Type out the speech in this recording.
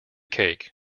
cake